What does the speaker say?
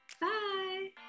Bye